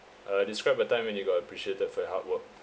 uh describe a time when you got appreciated for your hard work